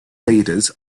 leaders